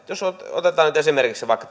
otetaan nyt esimerkiksi vaikka